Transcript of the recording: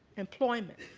employment,